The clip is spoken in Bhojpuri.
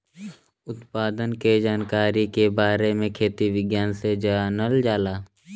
उत्पादन के जानकारी के बारे में खेती विज्ञान से जानल जाला